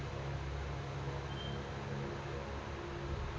ಒಂದು ಕೋಳಿಯಿಂದ ಎಷ್ಟು ಕಿಲೋಗ್ರಾಂ ಮಾಂಸ ತೆಗಿತಾರ?